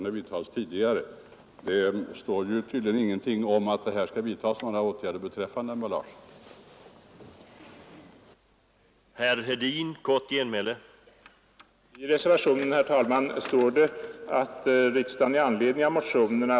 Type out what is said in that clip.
Det står tydligen ingenting i miljökontrollutredningens majoritetsskrivning om att det skall vidtas några åtgärder beträffande engångsglas och emballage.